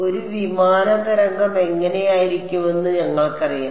ഒരു വിമാന തരംഗം എങ്ങനെയായിരിക്കുമെന്ന് ഞങ്ങൾക്കറിയാം